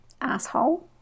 asshole